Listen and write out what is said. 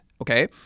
okay